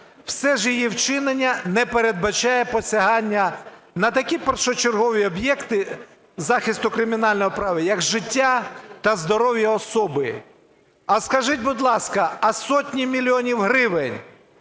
все ж її вчинення не передбачає посягання на такі першочергові об'єкти захисту кримінального права, як життя та здоров'я особи. А скажіть, будь ласка, а сотні мільйонів гривень,